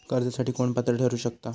कर्जासाठी कोण पात्र ठरु शकता?